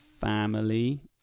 family